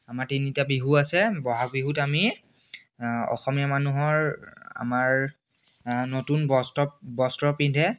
আমাৰ তিনিটা বিহু আছে বহাগ বিহুত আমি অসমীয়া মানুহৰ আমাৰ নতুন বস্ত বস্ত্ৰ পিন্ধে